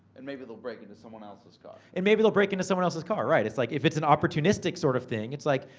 and maybe they'll break into someone else's car. and maybe they'll break into someone else's car. right. it's like, if it's an opportunistic sort of thing, it's like,